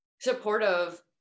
supportive